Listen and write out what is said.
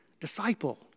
disciple